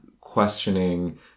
questioning